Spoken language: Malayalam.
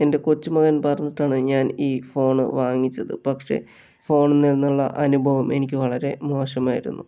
എൻ്റെ കൊച്ചുമകൻ പറഞ്ഞിട്ടാണ് ഞാൻ ഈ ഫോണ് വാങ്ങിച്ചത് പക്ഷെ ഫോണിൽ നിന്നുള്ള അനുഭവം എനിക്ക് വളരെ മോശമായിരുന്നു